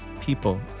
people